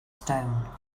stone